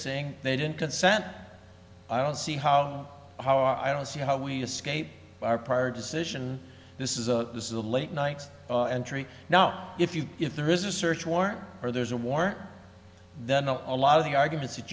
saying they didn't consent i don't see how how i don't see how we escape our prior decision this is a this is a late nights entry now if you if there is a search warrant or there's a war then know a lot of the arguments that